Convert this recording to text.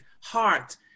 heart